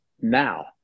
now